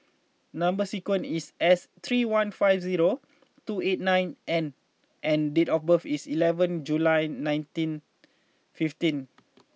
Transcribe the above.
number sequence is S three one five zero two eight nine N and date of birth is eleventh July nineteen fifteen